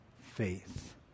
faith